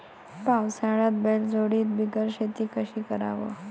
पावसाळ्यात बैलजोडी बिगर शेती कशी कराव?